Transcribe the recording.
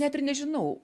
net ir nežinau